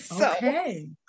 okay